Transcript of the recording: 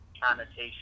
connotation